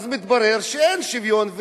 מתברר שאין שוויון,